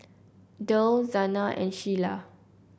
derl Zana and Sheilah